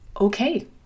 okay